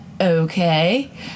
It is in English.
okay